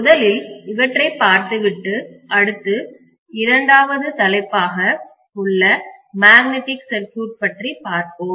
முதலில் இவற்றை பார்த்துவிட்டு அடுத்து இரண்டாவது தலைப்பாக உள்ள மேக்னடிக் சர்க்யூட் பற்றி பார்ப்போம்